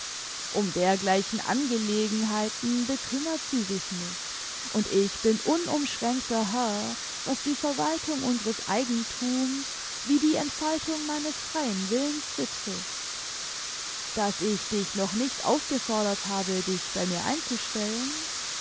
um dergleichen angelegenheiten bekümmert sie sich nicht und ich bin unumschränkter herr was die verwaltung unseres eigenthums wie die entfaltung meines freien willens betrifft daß ich dich noch nicht aufgefordert habe dich bei mir einzustellen